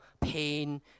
pain